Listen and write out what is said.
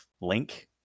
link